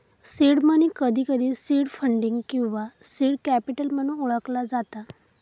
seed money, कधीकधी seed funding किंवा seed capital म्हणून ओळखला जाता